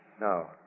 No